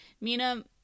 Mina